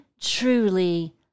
truly